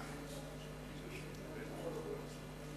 אדוני היושב-ראש,